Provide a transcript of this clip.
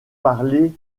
parlé